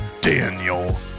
Daniel